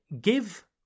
give